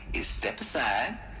is step aside.